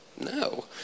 no